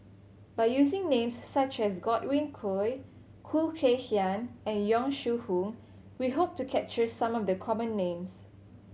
by using names such as Godwin Koay Khoo Kay Hian and Yong Shu Hoong we hope to capture some of the common names